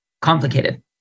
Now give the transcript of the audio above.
complicated